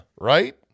right